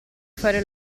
fare